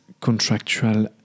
contractual